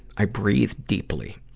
i breathed deeply.